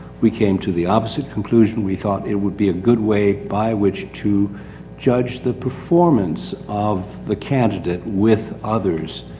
we came to the opposite conclusion, we thought it would be a good way by which to judge the performance of the candidate with others,